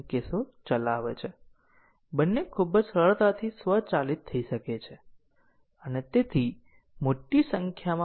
જો cyclomatic complexity 50 છે તો તેણે કોડને સમજવામાં નોંધપાત્ર પ્રયત્નો કરવા પડશે અને જો તે 10 અથવા 5 અથવા 1 છે તો તેણે કોડને સમજવામાં ખૂબ ઓછો સમય પસાર કરવો પડશે